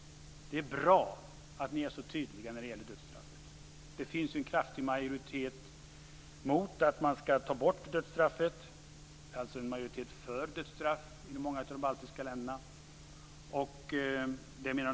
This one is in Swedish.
Det är bra att vi är så tydliga när det gäller dödsstraffet. Det finns en kraftig majoritet mot att man skall ta bort dödsstraffet, alltså en majoritet för dödsstraff, i många av de baltiska länderna.